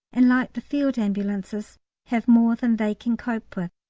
and like the field ambulances have more than they can cope with.